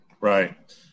Right